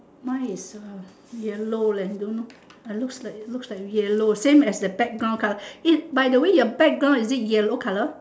mine is a yellow leh don't know I looks like looks like yellow same as the background colour E by the way is your background is it yellow colour